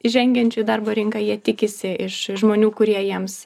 įžengiančių į darbo rinką jie tikisi iš žmonių kurie jiems